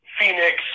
Phoenix